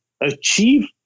achieve